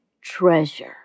treasure